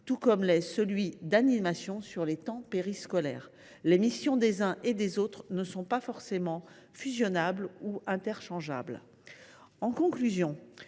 tout comme celui de l’animation durant les temps périscolaires. Les missions des uns et des autres ne peuvent pas forcément fusionner ni être interchangeables. En conclusion,